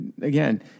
again